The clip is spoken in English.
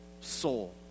soul